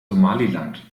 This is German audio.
somaliland